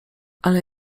ale